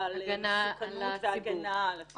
מדברת על הגנה על הציבור מפני מסוכנתו.